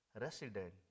resident